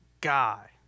guy